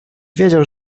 wiedział